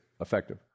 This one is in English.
effective